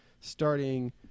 starting